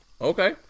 Okay